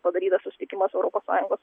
padarytas susitikimas europos sąjungos